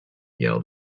yelled